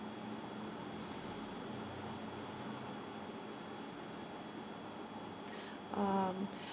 um